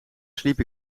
sliep